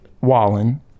Wallen